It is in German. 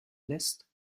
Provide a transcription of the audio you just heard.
lässt